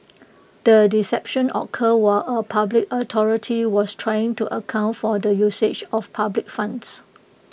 the deception occurred were A public authority was trying to account for the usage of public funds